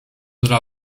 dla